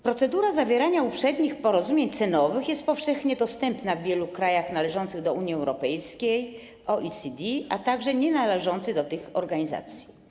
Procedura zawierania uprzednich porozumień cenowych jest powszechnie dostępna w wielu krajach należących do Unii Europejskiej i OECD, a także w krajach nienależących do tych organizacji.